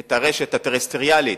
את הרשת הטריסטריאלית,